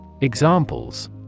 Examples